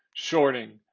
shorting